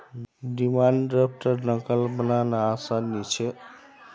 demand द्रफ्टर नक़ल बनाना आसान नि छे